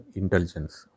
intelligence